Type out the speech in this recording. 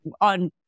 on